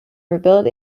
rebuilt